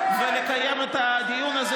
ולקיים את הדיון הזה,